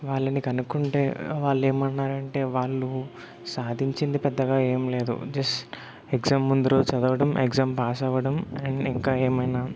వాళ్ళని కనుక్కుంటే వాళ్ళు ఏమన్నారంటే వాళ్ళు సాధించింది పెద్దగా ఏం లేదు జస్ట్ ఎగ్జామ్ ముందు రోజు చదవడం ఎగ్జామ్ పాస్ అవడం అండ్ ఇంకా ఏమైనా